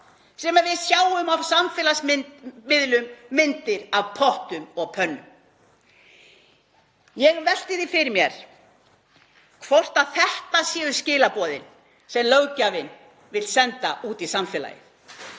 sem við sjáum á samfélagsmiðlum myndir af pottum og pönnum. Ég velti því fyrir mér hvort þetta séu skilaboðin sem löggjafinn vill senda út í samfélagið.